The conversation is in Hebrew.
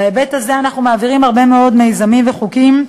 בהיבט הזה אנחנו מעבירים הרבה מאוד מיזמים וחוקים,